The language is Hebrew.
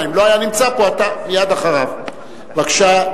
פלסנר, בבקשה.